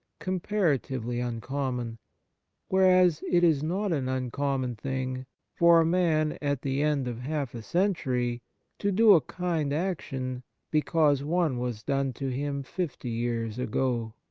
comparatively uncommon whereas, it is not an uncommon thing for a man at the end of half a century to do a kind action because one was done to him fifty years ago.